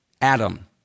adam